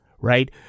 right